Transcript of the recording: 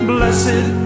Blessed